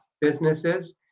businesses